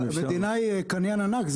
המדינה היא קניין ענק,